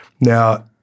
Now